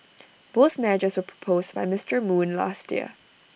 both measures were proposed by Mister moon last year